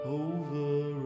over